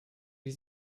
wie